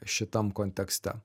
šitam kontekste